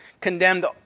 condemned